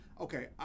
okay